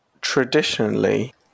Traditionally